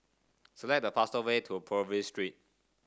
select the fastest way to Purvis Street